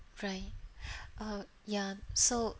right uh ya so